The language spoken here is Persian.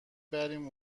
بریم